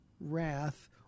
wrath